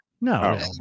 No